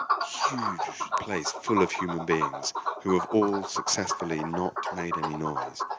huge place full of human beings who have all successfully not made any noise.